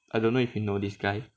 I don't know if you know this guy